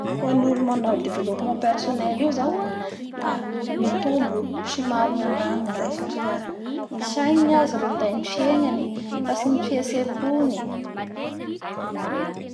Ho an'ny olo manao développement personnel io zao la mitombo sy marina agnaminy zay satria ny sainy gnazy ro minday ny fiegnany fa tsy ny fietsempony.